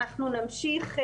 אנחנו נמשיך.